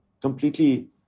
completely